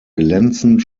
glänzend